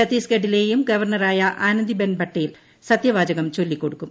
ഛത്തീസ്ഗഡിലെയും ഗവർണറായ ആനന്ദിബെൻ പട്ടേൽ സത്യവാചകം ചൊല്ലിക്കൊടുക്കും